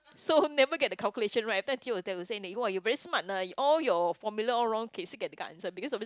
so never get the calculation right will tell you say !wah! you very smart ah all your formula all wrong can still get the answer because of all this